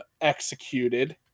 executed